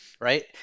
right